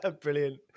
Brilliant